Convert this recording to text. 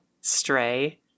Stray